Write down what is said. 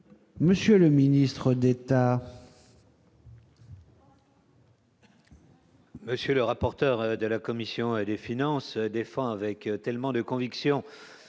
Monsieur le ministre d'État. Monsieur le rapporteur de la commission des finances, défend avec tellement de conviction